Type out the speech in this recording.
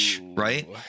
Right